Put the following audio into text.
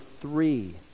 three